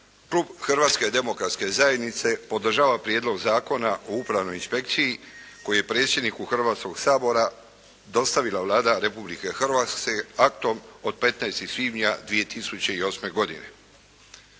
Klub Hrvatske demokratske zajednice podržava Prijedlog zakona o upravnoj inspekciji koji je predsjedniku Hrvatskog sabora dostavila Vlada Republike Hrvatske aktom od 15. svibnja 2008. godine.